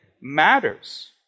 matters